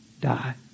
die